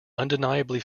undeniably